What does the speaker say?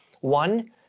One